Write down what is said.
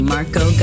Marco